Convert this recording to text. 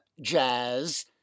jazz